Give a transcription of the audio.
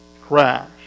crash